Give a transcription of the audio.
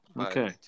okay